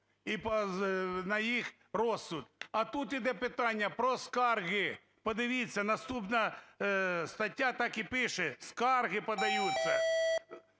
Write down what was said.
і на їх розсуд. А тут йде питання про скарги. Подивіться, наступна стаття так і пише: скарги подаються.